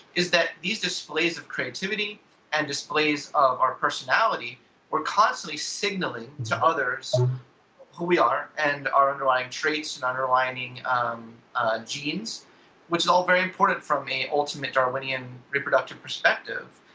is that this displays of creativity and displays of our personality were constantly signaling to others who we are and our underlining traits, and underlining ah genes which is all very important for me ultimate darwinian reproductive perspective.